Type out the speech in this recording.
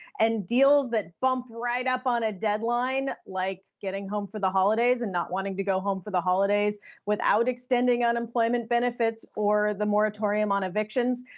and deals that bump right up on a deadline, like getting home for the holidays and not wanting to go home for the holidays without extending unemployment benefits or the moratorium on evictions,